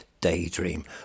Daydream